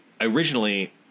originally